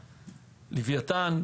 לוויתן.